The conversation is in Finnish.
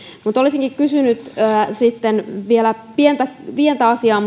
mutta olisin kysynyt sitten vielä pientä pientä asiaa